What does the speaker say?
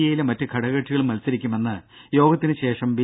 എയിലെ മറ്റ് ഘടകകക്ഷികളും മത്സരിക്കുമെന്ന് യോഗത്തിന് ശേഷം ബി